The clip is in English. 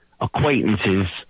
acquaintances